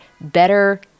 better